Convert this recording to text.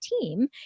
team